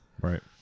Right